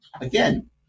again